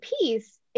piece